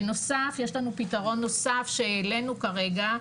בנוסף יש לנו פתרון נוסף שהעלינו כרגע,